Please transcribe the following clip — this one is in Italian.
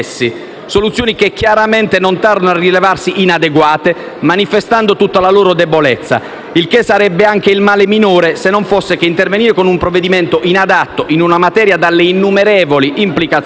soluzioni che, chiaramente, non tardano a rivelarsi inadeguate, manifestando tutta la loro debolezza. Ciò sarebbe anche il male minore, se non fosse che intervenire con un provvedimento inadatto in una materia dalle innumerevoli implicazioni